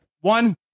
one